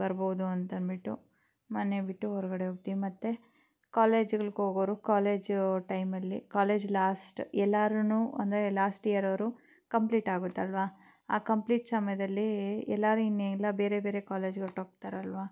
ಬರ್ಬೌದು ಅಂತ ಅಂದ್ಬಿಟ್ಟು ಮನೆ ಬಿಟ್ಟು ಹೊರ್ಗಡೆ ಹೋಗ್ತೀವ್ ಮತ್ತು ಕಾಲೇಜ್ಗಳಿಗೆ ಹೋಗೋವ್ರು ಕಾಲೇಜು ಟೈಮಲ್ಲಿ ಕಾಲೇಜು ಲಾಸ್ಟ್ ಎಲ್ಲರುನು ಅಂದರೆ ಲಾಸ್ಟ್ ಇಯರ್ರವರು ಕಂಪ್ಲೀಟ್ ಆಗುತ್ತಲ್ವಾ ಆ ಕಂಪ್ಲೀಟ್ ಸಮಯದಲ್ಲಿ ಎಲ್ಲರು ಇನ್ನೆಲ್ಲ ಬೇರೆ ಬೇರೆ ಕಾಲೇಜಿಗೆ ಹೊರ್ಟೋಗ್ತಾರಲ್ವಾ